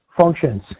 functions